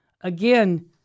again